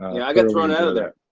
yeah, i got thrown out of there.